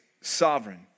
sovereign